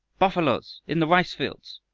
buffaloes in the rice-fields!